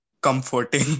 comforting